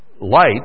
light